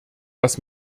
dass